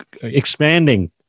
expanding